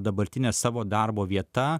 dabartine savo darbo vieta